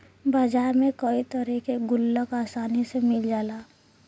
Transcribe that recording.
बाजार में कई तरे के गुल्लक आसानी से मिल जाला